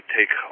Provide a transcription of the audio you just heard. take